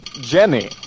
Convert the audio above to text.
Jenny